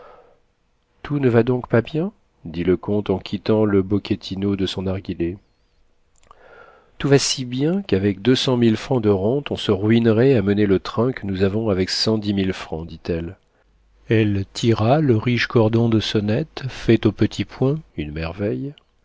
tout ne va donc pas bien dit le comte en quittant le bocchettino de son narguilé tout va si bien qu'avec deux cent mille francs de rente on se ruinerait à mener le train que nous avons avec cent dix mille francs dit-elle elle tira le riche cordon de sonnette fait au petit point une merveille